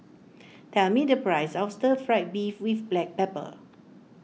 tell me the price of Stir Fried Beef with Black Pepper